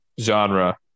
genre